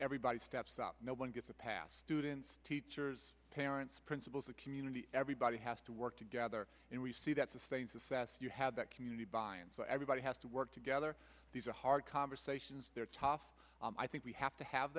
everybody steps out no one gets a path students teachers parents principals the community everybody has to work together and we see that sustains the sas you have that community by and so everybody has to work together these are hard conversations they're tough i think we have to have